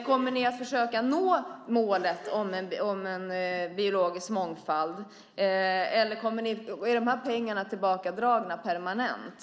Kommer ni att försöka nå målet om en biologisk mångfald, eller är de här pengarna tillbakadragna permanent?